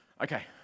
okay